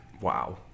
wow